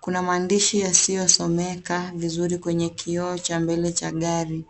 Kuna maandishi yasiyosomeka vizuri kwenye kioo cha mbele cha gari.